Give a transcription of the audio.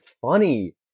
funny